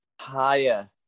Higher